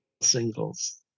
singles